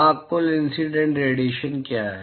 हाँ कुल incident radiation क्या है